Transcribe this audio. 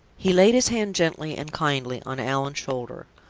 he laid his hand gently and kindly on allan's shoulder.